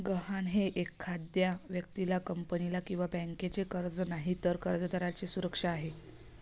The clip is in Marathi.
गहाण हे एखाद्या व्यक्तीला, कंपनीला किंवा बँकेचे कर्ज नाही, तर कर्जदाराची सुरक्षा आहे